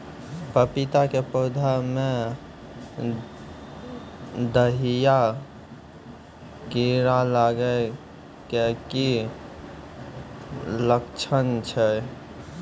पपीता के पौधा मे दहिया कीड़ा लागे के की लक्छण छै?